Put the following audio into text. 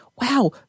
wow –